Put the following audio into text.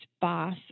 boss